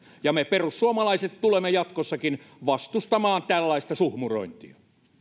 ja me perussuomalaiset tulemme jatkossakin vastustamaan tällaista suhmurointia